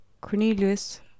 Cornelius